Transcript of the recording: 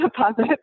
positive